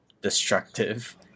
destructive